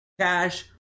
cash